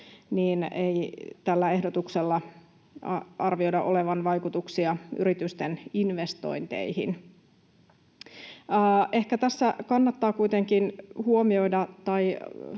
niin ei tällä ehdotuksella arvioida olevan vaikutuksia yritysten investointeihin. Ehkä tässä kannattaa kuitenkin huomioida tai